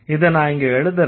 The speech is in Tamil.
இதை நான் இங்க எழுதறேன்